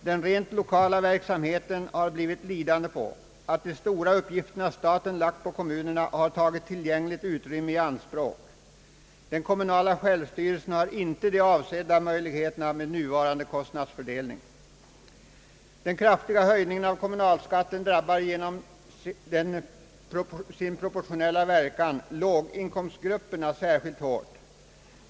Den rent lokala verksamheten har blivit lidande på att de stora uppgifter som staten har lagt på kommunerna har tagit allt tillgängligt utrymme i anspråk. Med nuvarande kostnadsfördelning har den kommunala självstyrelsen inte de avsedda möjligheterna. Den kraftiga höjningen av kommunalskatten drabbar genom sin proportionella verkan låginkomstgrupperna särskilt hårt.